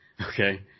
Okay